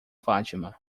fátima